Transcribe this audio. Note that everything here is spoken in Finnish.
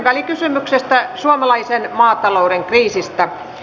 välikysymyksestä suomalaisen maatalouden kriisistä